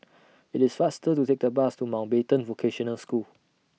IT IS faster to Take The Bus to Mountbatten Vocational School